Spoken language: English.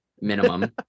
Minimum